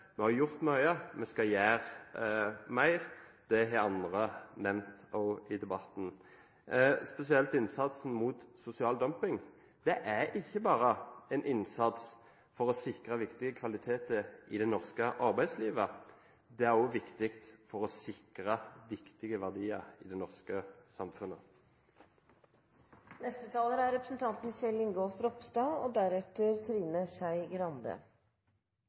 Vi har gjort mye, og vi skal gjøre mer. Det har andre også nevnt i debatten. Det gjelder spesielt innsatsen mot sosial dumping. Det er ikke bare en innsats for å sikre viktige kvaliteter i det norske arbeidslivet, det er også viktig for å sikre viktige verdier i det norske